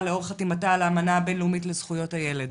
לאור חתימה על האמנה הבין-לאומית לזכויות הילד.